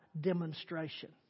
demonstration